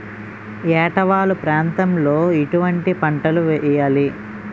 ఏటా వాలు ప్రాంతం లో ఎటువంటి పంటలు వేయాలి?